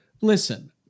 listen